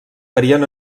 varien